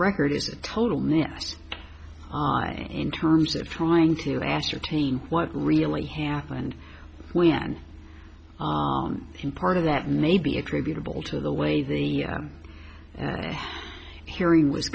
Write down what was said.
record is a total mess i in terms of trying to ascertain what really happened when in part of that may be attributable to the way the hearing was